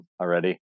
already